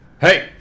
hey